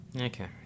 Okay